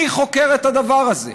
מי חוקר את הדבר הזה?